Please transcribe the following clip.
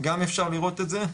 גם אפשר לראות את זה,